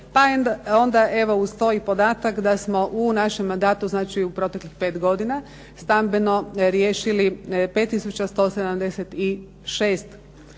pa onda evo uz to i podatak da smo u našem mandatu, znači u proteklih pet godina stambeno riješili 5176